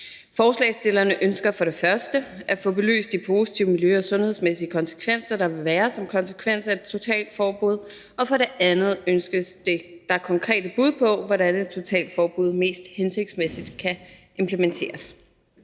Forslagsstillerne ønsker for det første at få belyst de positive miljø- og sundhedsmæssige konsekvenser, der vil være som konsekvens af et totalforbud, og for det andet ønskes der konkrete bud på, hvordan et totalforbud mest hensigtsmæssigt kan implementeres.